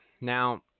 Now